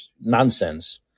nonsense